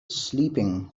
sleeping